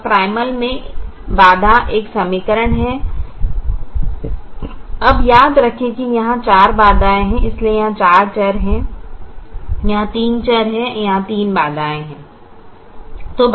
अब प्राइमल में पहले बाधा एक समीकरण है अब याद रखें कि यहां 4 बाधाएं हैं इसलिए यहां 4 चर हैं यहां 3 चर हैं यहां 3 बाधाएं हैं